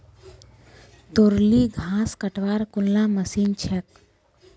तोर ली घास कटवार कुनला मशीन छेक